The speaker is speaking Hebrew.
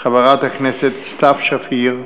חברת הכנסת סתיו שפיר.